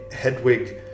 Hedwig